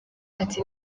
ati